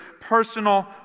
personal